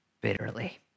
bitterly